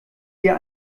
hier